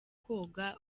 koga